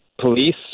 police